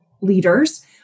leaders